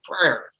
prayers